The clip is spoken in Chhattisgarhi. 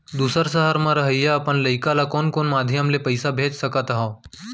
दूसर सहर म रहइया अपन लइका ला कोन कोन माधयम ले पइसा भेज सकत हव?